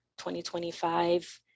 2025